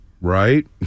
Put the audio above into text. right